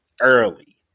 early